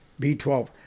B12